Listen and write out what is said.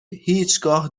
هیچگاه